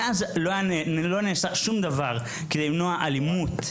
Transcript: מאז לא נעשה שום דבר כדי למנוע אלימות,